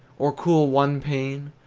or cool one pain,